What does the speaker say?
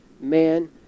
man